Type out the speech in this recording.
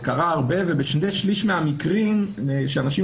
זה קרה הרבה ובשני-שלישים מהמקרים שאנשים